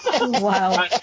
Wow